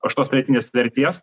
aukštos pridėtinės vertės